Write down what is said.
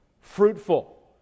fruitful